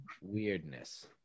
weirdness